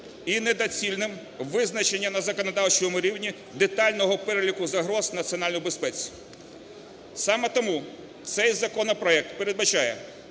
і недоцільним визначення на законодавчому рівні детального переліку загроз національній безпеці. Саме тому цей законопроект передбачає,